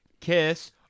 Kiss